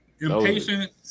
impatient